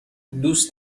دوست